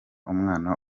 umwana